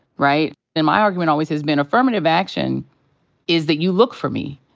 right? and my argument always has been affirmative action is that you look for me.